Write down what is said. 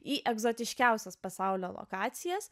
į egzotiškiausias pasaulio lokacijas